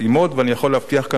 אני יכול להבטיח כאן לכולם,